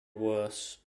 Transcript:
worse